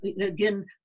again